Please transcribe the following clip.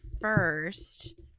first